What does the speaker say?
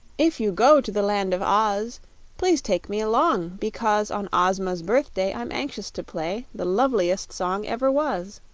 if you go to the land of oz please take me along, because on ozma's birthday i'm anxious to play the loveliest song ever was.